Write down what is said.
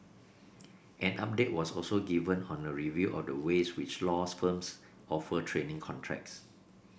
an update was also given on a review of the ways which laws firms offer training contracts